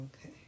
Okay